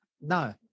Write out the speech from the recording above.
No